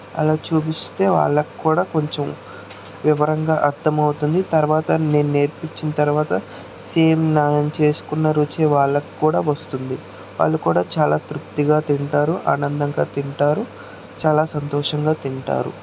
అలా చూపిస్తే వాళ్ళకి కూడా కొంచెం వివరంగా అర్థమవుతుంది తర్వాత నేను నేర్పించిన తర్వాత సేమ్ నేను చేసుకున్న రుచి వాళ్ళకి కూడా వస్తుంది వాళ్ళు కూడా చాలా తృప్తిగా తింటారు ఆనందంగా తింటారు చాలా సంతోషంగా తింటారు